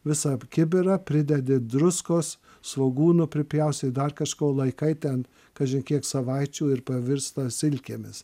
visą kibirą pridedi druskos svogūno pripjaustai dar kažko laikai ten kaži kiek savaičių ir pavirsta silkėmis